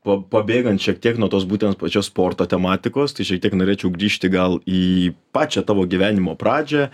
pa pabėgant šiek tiek nuo tos būtent pačios sporto tematikos tai šiek tiek norėčiau grįžti gal į pačią tavo gyvenimo pradžią